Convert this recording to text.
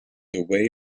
away